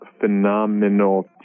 phenomenal